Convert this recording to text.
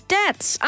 debts